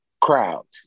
crowds